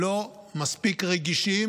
לא מספיק רגישים,